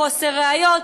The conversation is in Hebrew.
מחוסר ראיות,